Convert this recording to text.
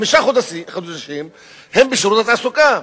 חמישה חודשים הם בשירות התעסוקה.